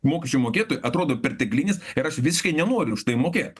mokesčių mokėtojui atrodo perteklinis ir aš visiškai nenoriu už tai mokėt